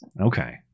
Okay